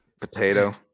Potato